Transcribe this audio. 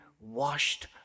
washed